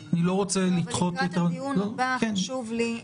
לקראת הדיון הבא חשוב לי,